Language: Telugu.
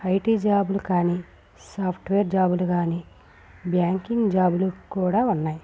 ఐటీ జాబులు కానీ సాఫ్ట్వేర్ జాబులు కానీ బ్యాంకింగ్ జాబులు కూడా ఉన్నాయి